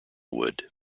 wood